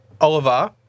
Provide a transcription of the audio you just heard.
Oliver